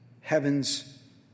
heaven's